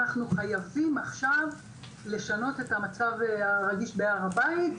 אנחנו חייבים עכשיו לשנות את המצב הרגיש בהר הבית,